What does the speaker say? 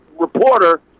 reporter